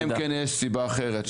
אלא אם כן יש סיבה אחרת.